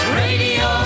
radio